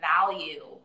value